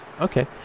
Okay